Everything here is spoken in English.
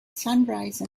sunrise